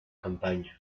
campaña